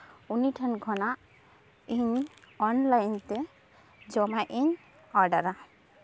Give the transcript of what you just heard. ᱩᱱᱤ ᱴᱷᱮᱱ ᱠᱷᱚᱱᱟᱜ ᱤᱧ ᱚᱱᱞᱟᱭᱤᱱ ᱛᱮ ᱡᱚᱢᱟᱜ ᱤᱧ ᱚᱰᱟᱨᱟ